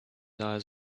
eyes